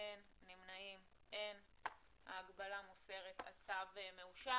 אין נמנעים, אין הצו אושר.